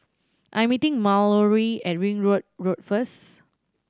I am meeting Mallory at Ringwood Road first